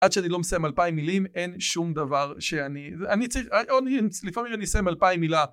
עד שאני לא מסיים אלפיים מילים אין שום דבר שאני... אני צריך... לפעמים אני אסיים אלפיים מילה